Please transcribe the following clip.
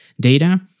data